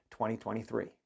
2023